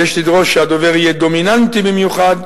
יש לדרוש שהדובר יהיה דומיננטי במיוחד,